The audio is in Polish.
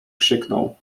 krzyknął